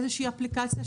איזו אפליקציה,